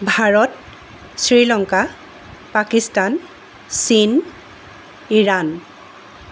Bharat Sri Lanka Pakistan Chin Iran